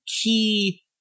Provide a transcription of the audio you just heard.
key